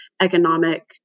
economic